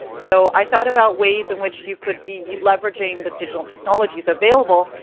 so i thought about ways in which you could be leveraging the digital technologies available,